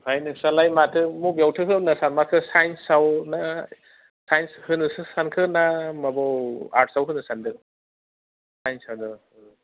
आमफ्राय नोंस्रालाय माथो बबेयावथो होनो सानमारखो साइन्सावना साइन्स होनोसो सानखोना माबाव आर्ट्सआव होनो सानदों साइन्सानो